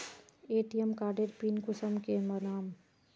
ATM कार्डेर pin कुंसम के बनाम?